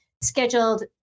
scheduled